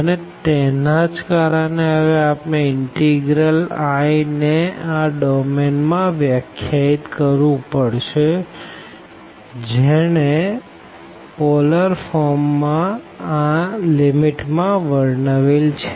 અને તેના જ કારણે હવે આપણે ઇનટીગ્રલ i ને આ ડોમેન માં વ્યાખ્યાયિત કરવું પડશે જેને પોલર ફોર્મ માં આ લીમીટ માં વર્ણવેલ છે